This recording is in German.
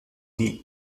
die